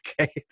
okay